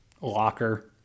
Locker